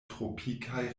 tropikaj